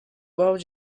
world